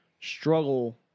Struggle